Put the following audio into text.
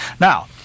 Now